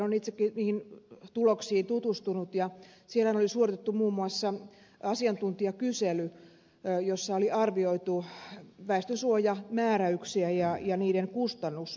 olen itsekin niihin tuloksiin tutustunut ja siellähän oli suoritettu muun muassa asiantuntijakysely jossa oli arvioitu väestönsuojamääräyksiä ja niiden kustannusvaikuttavuutta